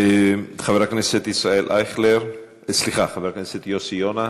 חבר הכנסת יוסי יונה,